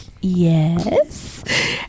Yes